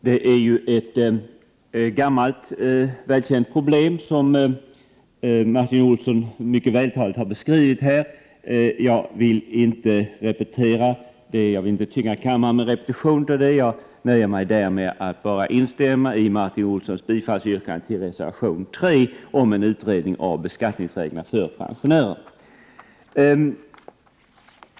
Herr talman! Det är ett gammalt välkänt problem som Martin Olsson mycket vältaligt här har beskrivit. Jag vill inte betunga kammaren med en repetition, så jag nöjer mig med att instämma i Martin Olssons yrkande om bifall till reservation 3 om en utredning av beskattningsreglerna för pensionärerna.